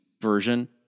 version